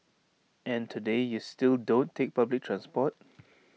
and today you still don't take public transport